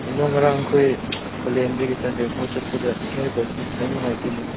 ꯀꯩꯅꯣ ꯉꯔꯥꯡ ꯑꯩꯈꯣꯏ ꯄꯥꯂꯦꯜꯗꯒꯤ ꯆꯥꯟꯗꯦꯜ ꯐꯥꯎ ꯆꯠꯄꯗ ꯅꯣꯏ ꯕꯁꯇꯨ ꯈꯤꯇꯪ ꯅꯨꯡꯉꯥꯏꯇꯦꯅꯦ